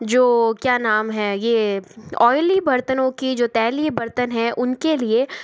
जो क्या नाम है यह ऑइली बर्तनों की जो तैलीय बर्तन है उनके लिए